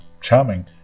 charming